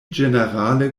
ĝenerale